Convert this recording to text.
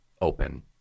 open